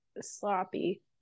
sloppy